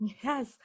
Yes